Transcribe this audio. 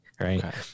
Right